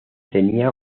tenía